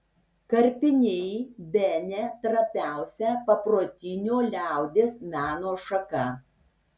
karpiniai bene trapiausia paprotinio liaudies meno šaka